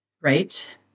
right